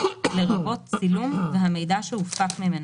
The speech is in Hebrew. לרבות צילום והמידע שהופק ממנו,